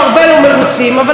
אבל זה המצב כיום.